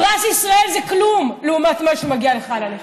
פרס ישראל זה כלום לעומת מה שמגיע לך על הנכים.